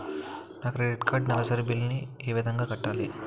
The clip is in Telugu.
నా క్రెడిట్ కార్డ్ నెలసరి బిల్ ని ఏ విధంగా కట్టాలి?